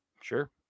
sure